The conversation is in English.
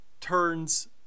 turns